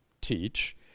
teach